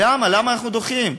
למה, למה אנחנו דוחים?